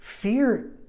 Fear